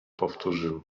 południa